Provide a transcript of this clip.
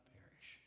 perish